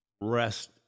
rest